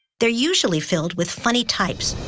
they're usually filled with funny types,